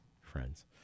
friends